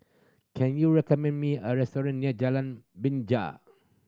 can you recommend me a restaurant near Jalan Binja